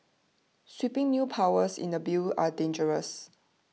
sweeping new powers in the bill are dangerous